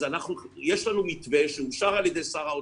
אז יש לנו מתווה שאושר על ידי שר האוצר.